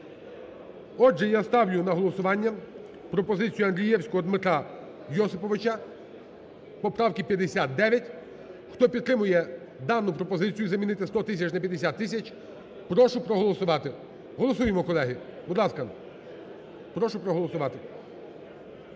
Отже я ставлю на голосування пропозицію Андрієвського Дмитра Йосиповича поправку 59. Хто підтримує дану пропозицію – замінити 100 тисяч на 50 тисяч – прошу проголосувати. Голосуємо, колеги. Будь ласка,